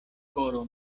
koro